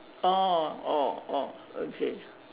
orh orh orh okay